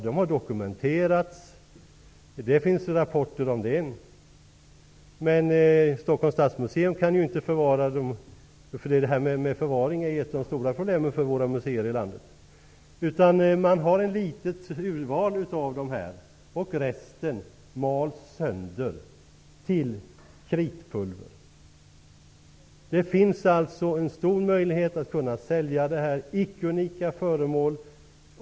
De har dokumenterats. Det finns rapporter om detta. Men Stockholms stadsmuseum kan inte förvara dem. Förvaring är ett av de stora problemen för våra museer i landet. Man bevarar ett litet urval av dessa pipor, och resten mals sönder till kritpulver. Det finns alltså en stor möjlighet att sälja detta, icke unika, föremål.